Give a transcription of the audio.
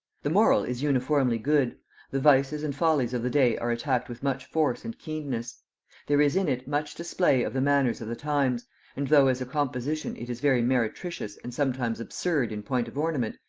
the moral is uniformly good the vices and follies of the day are attacked with much force and keenness there is in it much display of the manners of the times and though as a composition it is very meretricious and sometimes absurd in point of ornament,